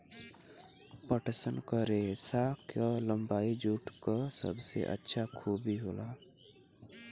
पटसन क रेसा क लम्बाई जूट क सबसे अच्छा खूबी होला